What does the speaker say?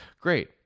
great